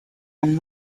and